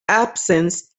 absence